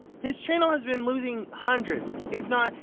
his channel has been losing hundreds. if not,